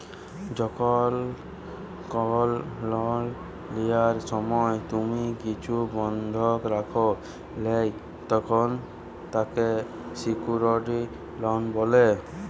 যখল কল লন লিয়ার সময় তুমি কিছু বনধক রাখে ল্যয় তখল তাকে স্যিক্যুরড লন বলে